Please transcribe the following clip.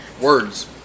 Words